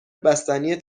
بستنی